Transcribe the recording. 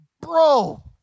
bro